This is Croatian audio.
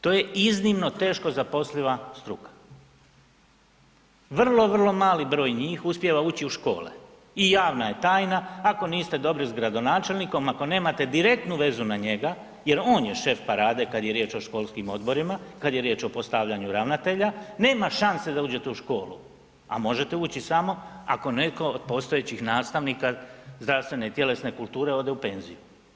To je iznimno teško zaposliva struka, vrlo, vrlo mali broj njih uspijeva ući u škole i javna je tajna, ako niste dobri s gradonačelnikom, ako nemate direktnu vezu na njega jer on je šef parade kada je riječ o sportskim odjelima, kada je riječ o postavljanju ravnatelja, nema šanse da uđete u školu, a možete ući samo ako neko od postojećih nastavnika zdravstvene i tjelesne kulture ode u penziju.